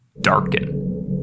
darken